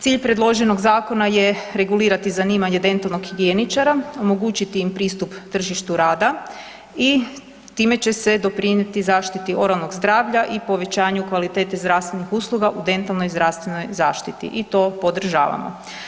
Cilj predloženog zakona je regulirati zanimanje dentalnog higijeničara, omogućiti im pristup tržištu rada i time će se doprinijeti zaštiti oralnog zdravlja i povećanju kvalitete zdravstvenih usluga u dentalnoj zdravstvenoj zaštiti i to podržavamo.